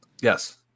Yes